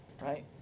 right